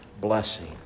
blessing